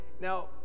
Now